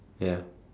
ya